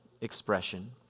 expression